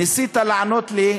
ניסית לענות לי,